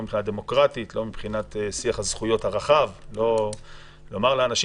לא מבחינה דמוקרטית ולא מבחינת שיח הזכויות הרחב לומר לאנשים